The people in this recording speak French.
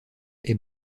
est